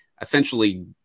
essentially